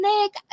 Nick